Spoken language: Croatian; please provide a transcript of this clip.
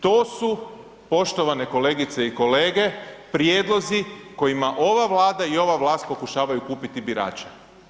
To su poštovane kolegice i kolege prijedlozi kojima ova Vlada i ova vlast pokušavaju kupiti birače.